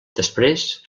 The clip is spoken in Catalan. després